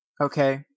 Okay